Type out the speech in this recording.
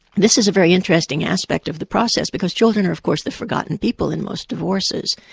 this is a very interesting aspect of the process, because children are of course the forgotten people in most divorces.